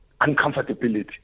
uncomfortability